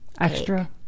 Extra